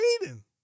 reading